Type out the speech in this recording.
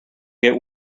get